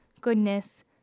goodness